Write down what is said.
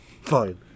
Fine